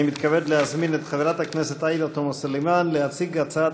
אני מתכבד להזמין את חברת הכנסת עאידה תומא סלימאן להציג הצעת